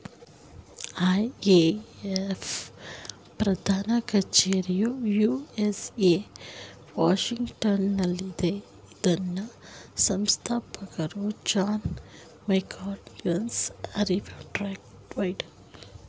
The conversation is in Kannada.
ಐ.ಎಂ.ಎಫ್ ಪ್ರಧಾನ ಕಚೇರಿಯು ಯು.ಎಸ್.ಎ ವಾಷಿಂಗ್ಟನಲ್ಲಿದೆ ಇದರ ಸಂಸ್ಥಾಪಕರು John Maynard Keynes, Harry Dexter white